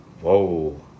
Whoa